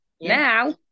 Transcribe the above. Now